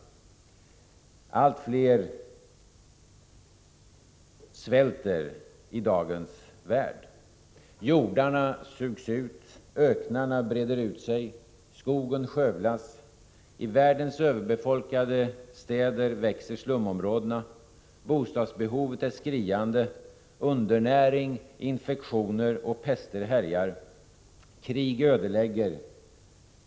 Allt fler svälter i dagens värld. Jordarna sugs ut. Öknarna breder ut sig. Skogen skövlas. I världens överbefolkade städer växer slumområdena. Bostadsbehovet är skriande. Undernäring, infektioner och pester härjar. Krig ödelägger.